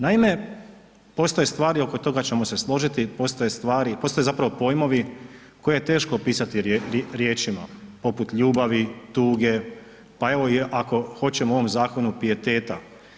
Naime, postoje stvari oko toga ćemo se složiti, postoje stvari, postoje zapravo pojmovi koje je teško opisati riječima poput ljubavi, tuge, pa evo ako hoćemo o ovom zakonu pijeteta.